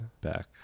Back